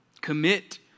Commit